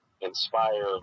inspire